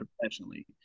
professionally